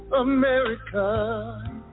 America